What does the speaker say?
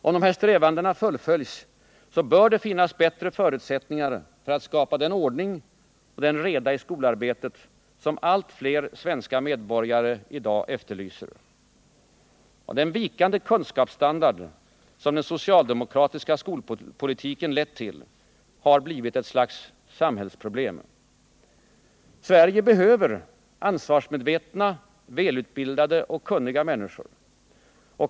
Om strävandena fullföljs bör det finnas bättre förutsättningar för att skapa den ordning och reda i skolarbetet som allt fler svenska medborgare i dag efterlyser. Den vikande kunskapsstandard som den socialdemokratiska skolpolitiken lett till har blivit ett slags samhällsproblem. Sverige behöver ansvarsmedvetna, välutbildade och kunniga människor.